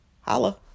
Holla